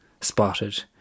spotted